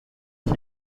qui